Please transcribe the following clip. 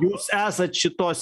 jūs esat šitos